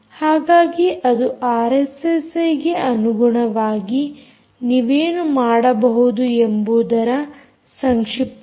ಹಾಗಾಗಿ ಇದು ಆರ್ಎಸ್ಎಸ್ಐಗೆ ಅನುಗುಣವಾಗಿ ನೀವೇನು ಮಾಡಬಹುದು ಎಂಬುದರ ಸಂಕ್ಷಿಪ್ತತೆ